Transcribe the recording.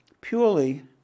purely